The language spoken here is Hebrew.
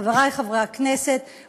חברי חברי הכנסת,